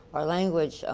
our language,